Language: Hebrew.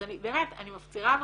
אז באמת, אני מפצירה בכם,